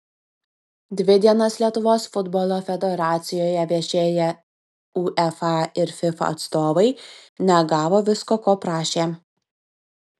dvi dienas lietuvos futbolo federacijoje viešėję uefa ir fifa atstovai negavo visko ko prašė